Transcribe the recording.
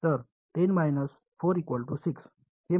तर जे माझे सर्व आहे